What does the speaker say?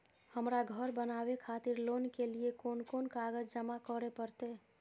हमरा घर बनावे खातिर लोन के लिए कोन कौन कागज जमा करे परते?